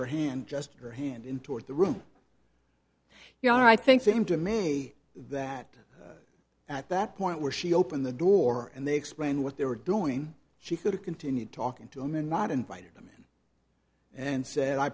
her hand just her hand in toward the room you know i think same demand a that at that point where she opened the door and they explained what they were doing she could have continued talking to them and not invited them in and said i